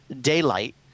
Daylight